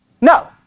No